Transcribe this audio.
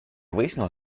выяснил